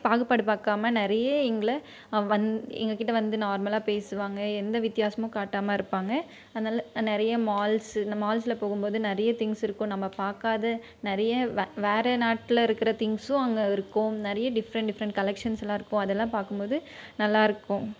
பாகுபாடு பார்க்காம நிறைய எங்களை அவ் வந் எங்கள்கிட்ட வந்து நார்மலாக பேசுவாங்க எந்த வித்தியாசமும் காட்டாமல் இருப்பாங்க அதனால நிறைய மால்ஸு இந்த மால்ஸ்சில் போகும்போது நிறைய திங்ஸ் இருக்கும் நம்ம பார்க்காத நிறைய வே வேறு நாட்டில் இருக்கிற திங்க்ஸும் அங்கே இருக்கும் நிறைய டிஃப்ரண்ட் டிஃப்ரண்ட் கலக்ஷன்ஸ்யெலாம் இருக்கும் அதெல்லாம் பார்க்கும்போது நல்லாயிருக்கும்